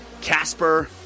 Casper